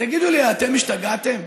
תגידו לי, אתם השתגעתם?